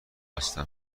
هستم